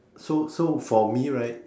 so so for me right